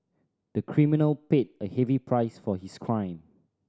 the criminal paid a heavy price for his crime